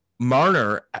marner